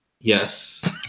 Yes